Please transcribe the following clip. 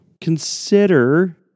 Consider